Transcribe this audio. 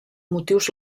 motius